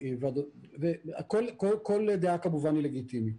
וכל דעה כמובן היא לגיטימית.